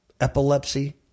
epilepsy